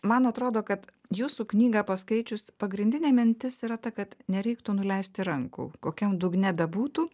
man atrodo kad jūsų knygą paskaičius pagrindinė mintis yra ta kad nereiktų nuleisti rankų kokiam dugne bebūtų